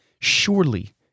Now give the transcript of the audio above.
Surely